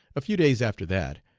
a few days after that,